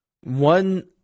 one